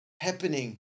happening